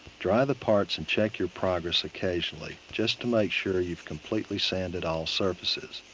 dry the parts and check your progress occasionally just to make sure you've completely sanded all surfaces.